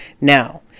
Now